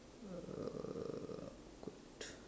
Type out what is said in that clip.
uh awkward